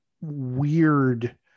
weird